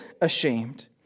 ashamed